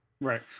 Right